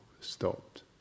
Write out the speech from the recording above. stopped